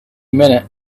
minute